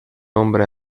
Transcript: hombre